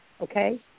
okay